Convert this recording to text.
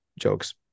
jokes